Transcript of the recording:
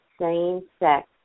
same-sex